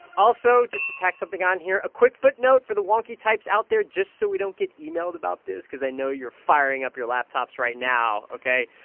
also, just to tack something on here a quick footnote for the wonky types out there, just so we don't get emailed about this because i know you're firing up your laptops right now. ok,